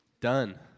Done